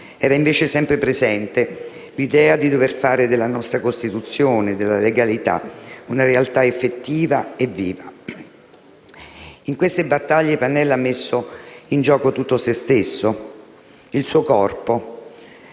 era invece sempre presente l'idea di dover fare della nostra Costituzione e della legalità una realtà effettiva e viva. In queste battaglie Pannella ha messo in gioco tutto se stesso, il suo corpo